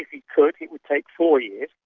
if we could, it would take four years.